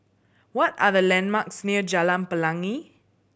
what are the landmarks near Jalan Pelangi